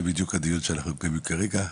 זה בדיוק הדיון שאנחנו מקיימים כרגע.